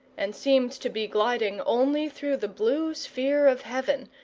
and seemed to be gliding only through the blue sphere of heaven,